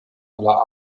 aller